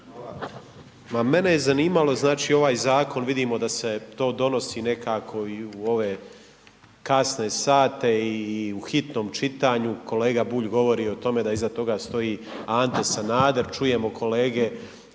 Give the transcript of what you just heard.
mene je zanimalo, znači ovaj zakon vidimo da se to donosi nekako i u ove kasne sate i u hitnom čitanju, kolega Bulj govori o tome da iza toga stoji Ante Sanader, čujemo kolege